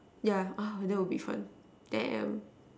yeah uh that would be fun damn